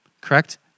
Correct